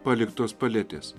paliktos paletės